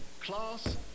class